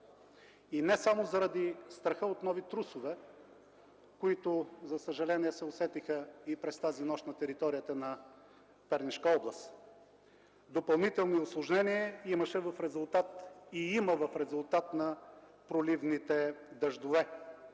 и не само заради страха от нови трусове, които за съжаление се усетиха и през тази нощ на територията на Пернишка област. Допълнителни усложнения имаше и има в резултат на проливните дъждове.